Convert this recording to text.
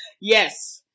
Yes